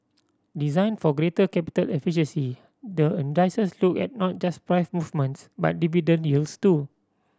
designed for greater capital efficiency the indices look at not just price movements but dividend yields too